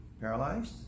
paralyzed